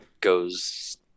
goes